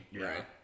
right